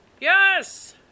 Yes